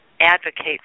advocate